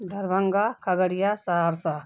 Darbhanga Khagaria Saharsa